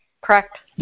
Correct